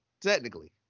technically